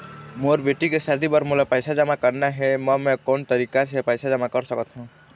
मोर बेटी के शादी बर मोला पैसा जमा करना हे, म मैं कोन तरीका से पैसा जमा कर सकत ह?